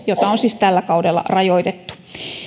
jota on siis tällä kaudella rajoitettu